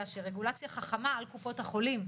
רגולציה שהיא רגולציה חכמה על קופות החולים.